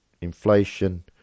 inflation